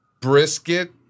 Brisket